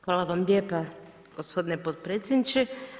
Hvala vam lijepa gospodine potpredsjedniče.